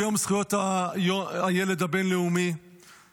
ביום היבן-לאומי לזכויות הילד,